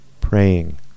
praying